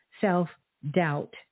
self-doubt